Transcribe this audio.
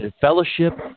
Fellowship